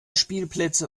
spielplätze